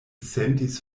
sentis